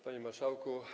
Panie Marszałku!